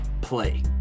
play